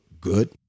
good